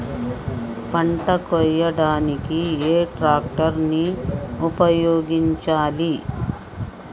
పంట కోయడానికి ఏ ట్రాక్టర్ ని ఉపయోగించాలి?